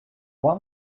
one